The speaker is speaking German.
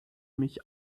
mich